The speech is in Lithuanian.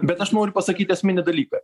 bet aš noriu pasakyti esminį dalyką